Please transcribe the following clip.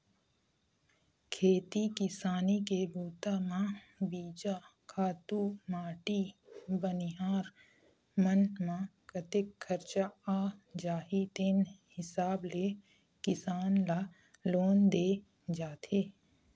खेती किसानी के बूता म बीजा, खातू माटी बनिहार मन म कतेक खरचा आ जाही तेन हिसाब ले किसान ल लोन दे जाथे